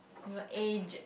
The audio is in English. we will age